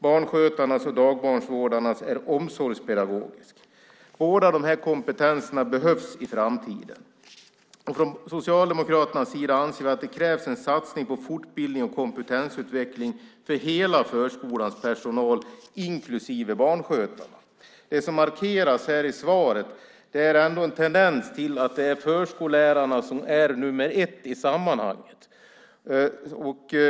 Barnskötarnas och dagbarnvårdarnas kompetens är omsorgspedagogisk. Båda dessa kompetenser behövs i framtiden. Vi socialdemokrater anser att det krävs en satsning på fortbildning och kompetensutveckling för hela förskolans personal, inklusive barnskötarna. Det som markeras här i svaret är ändå en tendens till att det är förskollärarna som är nummer ett i sammanhanget.